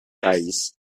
thighs